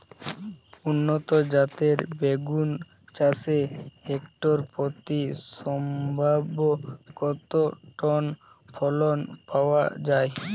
উন্নত জাতের বেগুন চাষে হেক্টর প্রতি সম্ভাব্য কত টন ফলন পাওয়া যায়?